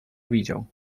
widział